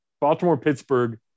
Baltimore-Pittsburgh